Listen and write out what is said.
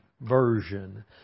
version